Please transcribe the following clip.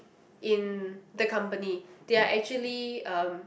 in the company they are actually um